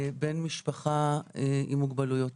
בן משפחה עם מוגבלויות.